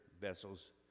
vessels